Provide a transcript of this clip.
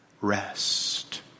rest